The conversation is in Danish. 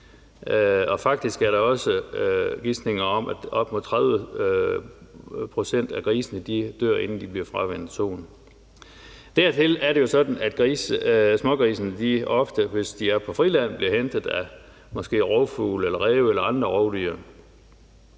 og faktisk er der også gisninger om, at op mod 30 pct. af grisene dør, inden de bliver fravænnet soen. Dertil kommer, at det jo er sådan, at smågrisene ofte, hvis de er på friland, bliver hentet af måske rovfugle, ræve eller andre rovdyr.